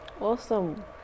Awesome